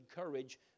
courage